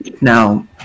Now